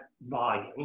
volume